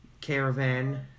caravan